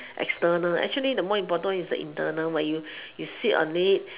external actually the more important one is the internal but you you sit on it